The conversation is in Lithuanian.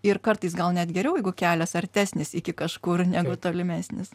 ir kartais gal net geriau jeigu kelias artesnis iki kažkur negu tolimesnis